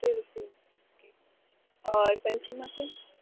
ٹھیک ہے ٹھیک ہے اوکے اور پنچنگ مشین